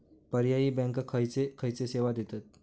पर्यायी बँका खयचे खयचे सेवा देतत?